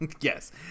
Yes